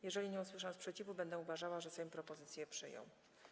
Jeżeli nie usłyszę sprzeciwu, będę uważała, że Sejm propozycję przyjął.